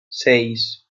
seis